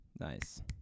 Nice